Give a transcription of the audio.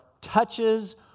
touches